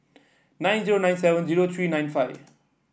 nine zero nine seven zero three nine five